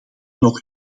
nog